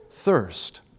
thirst